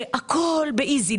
שהכול ב"איזי".